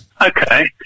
okay